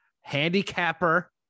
handicapper